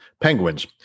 Penguins